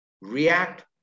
react